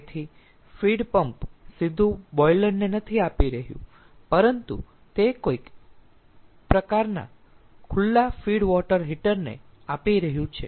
તેથી feed pump સીધું boiler ને નથી આપી રહ્યું પરંતુ તે કોઈક પ્રકારના ખુલ્લા ફીડ વોટર હીટર ને આપી રહ્યું છે